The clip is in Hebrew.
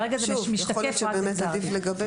כרגע זה משתקף רק בגזר הדין.